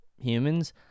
humans